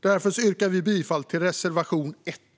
Därför yrkar jag bifall till reservation 1.